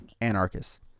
Anarchist